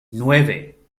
nueve